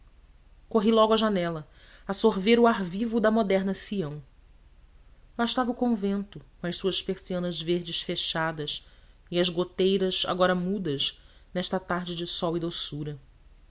corri logo à janela a sorver o ar vivo da moderna sião lá estava o convento com as suas persianas verdes fechadas e as goteiras agora mudas nesta tarde de sol e doçura